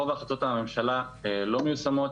רוב החלטות הממשלה לא מיושמות,